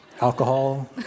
Alcohol